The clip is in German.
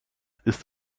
ist